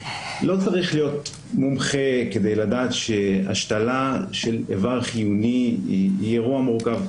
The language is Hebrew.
לא צריך להיות מומחה כדי לדעת שהשתלה של איבר חיוני היא אירוע מורכב.